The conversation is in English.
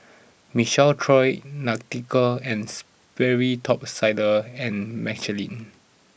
Michael Trio Nautica and Sperry Top Sider and Michelin